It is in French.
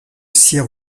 sir